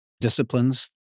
disciplines